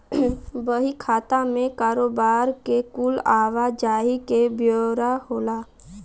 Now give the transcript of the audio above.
बही खाता मे कारोबार के कुल आवा जाही के ब्योरा होला